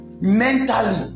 mentally